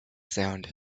sound